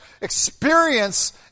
experience